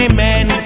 Amen